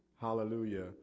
Hallelujah